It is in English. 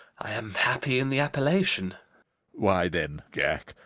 i am happy in the appellation why then, jack,